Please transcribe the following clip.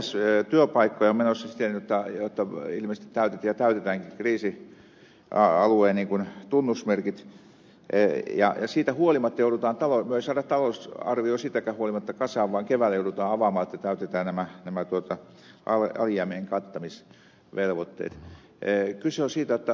lisäksi työpaikkoja on menossa siten jotta ilmeisesti täytetään ja täytetäänkin kriisialueen tunnusmerkit ja siitä huolimatta me emme saa talousarviota kasaan vaan keväällä se joudutaan avaamaan että täytetään nämä alijäämien kattamisvelvoitteet